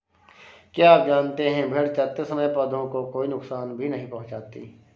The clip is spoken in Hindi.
क्या आप जानते है भेड़ चरते समय पौधों को कोई नुकसान भी नहीं पहुँचाती